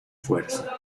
fuerza